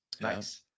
Nice